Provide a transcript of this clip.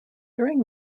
during